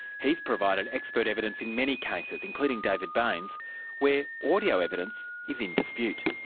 he's provided expert evidence in many cases, including david bain's where audio evidence is in dispute.